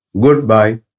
goodbye